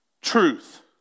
truth